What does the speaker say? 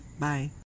Bye